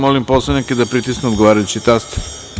Molim poslanike da pritisnu odgovarajući taster.